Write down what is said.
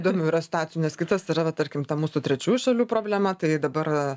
įdomių yra situacijų nes kitos yra va tarkim mūsų trečiųjų šalių problema tai dabar